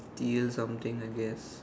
steal something I guess